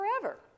forever